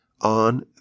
on